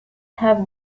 have